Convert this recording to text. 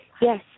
yes